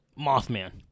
Mothman